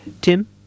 Tim